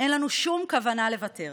אין לנו שום כוונה לוותר.